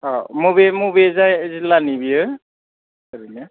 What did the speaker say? मबे मबे जाय जिल्लानि बेयो ओरैनो